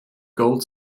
gold